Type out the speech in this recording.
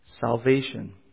Salvation